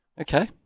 Okay